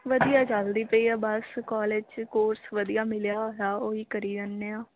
ਵਧੀਆ ਚਲਦੀ ਪਈ ਆ ਬਸ ਕਾਲਜ 'ਚ ਕੋਰਸ ਵਧੀਆ ਮਿਲਿਆ ਹੋਇਆ ਉਹੀ ਕਰੀ ਜਾਂਦੇ ਹਾਂ